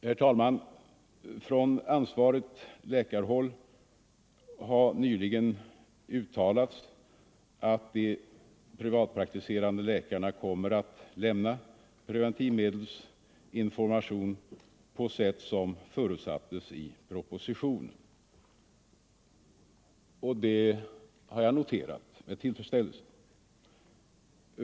Herr talman! Från ansvarigt läkarhåll har nyligen uttalats att de privatpraktiserande läkarna kommer att lämna preventivmedelsrådgivning på sätt som förutsattes i propositionen, och det har jag noterat med tillfredsställelse.